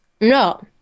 No